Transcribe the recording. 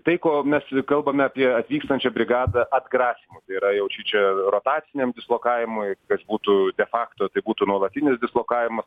tai ko mes kalbame apie atvykstančią brigadą atgrasymo tai yra jau šičia rotaciniam dislokavimui kas būtų fakto tai būtų nuolatinis dislokavimas